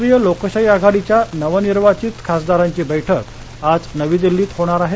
राष्ट्रीय लोकशाही आघाडीच्या नवनिर्वाघित खासदारांची बैठक आज नवी दिल्लीत होणार आहे